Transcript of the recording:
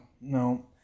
no